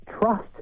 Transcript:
trust